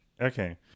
Okay